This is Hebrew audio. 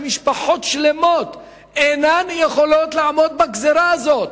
משפחות שלמות אינן יכולות לעמוד בגזירה הזאת.